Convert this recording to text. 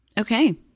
Okay